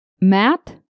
Matt